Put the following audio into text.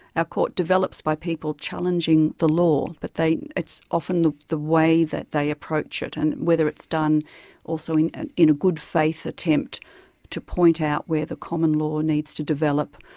our court develops by people challenging the law, but it's often the the way that they approach it and whether it's done also in ah in a good faith attempt to point out where the common law needs to develop,